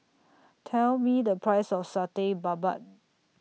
Tell Me The Price of Satay Babat